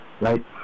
right